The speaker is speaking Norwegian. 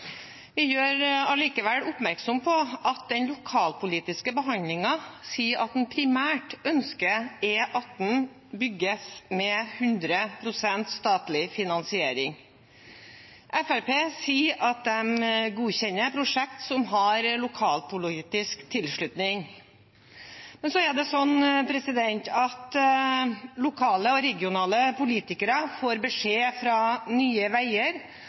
Vi gjør likevel oppmerksom på at en i den lokalpolitiske behandlingen sa at en primært ønsker E18 bygd med 100 pst. statlig finansiering. Fremskrittspartiet sier at de godkjenner prosjekter som har lokalpolitisk tilslutning. Men lokale og regionale politikere får beskjed fra Nye Veier